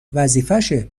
وظیفشه